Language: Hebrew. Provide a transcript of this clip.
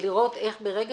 ולראות איך ברגע